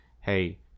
hey